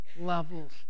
levels